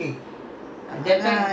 then uh he also don't know the route